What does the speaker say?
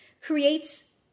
creates